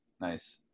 nice